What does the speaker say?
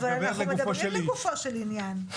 אבל אנחנו מדברים לגופו של עניין,